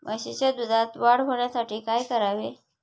म्हशीच्या दुधात वाढ होण्यासाठी काय करावे?